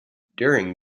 during